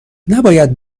نباید